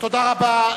תודה רבה.